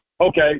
okay